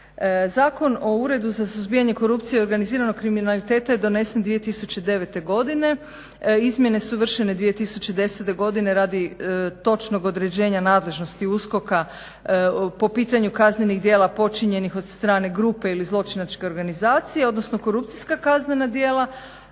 Zakon o Uredu za suzbijanje korupcije i organiziranog kriminaliteta je donesen 2009.godine, izmjene su vršene 2010.godine radi točnog određenja nadležnosti USKOK-a po pitanju kaznenih djela počinjenih od strane grupe ili zločinačke organizacije odnosno korupcijska kaznena djela,